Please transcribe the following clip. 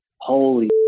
holy